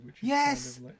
Yes